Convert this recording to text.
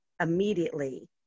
immediately